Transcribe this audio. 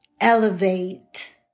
elevate